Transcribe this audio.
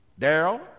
Daryl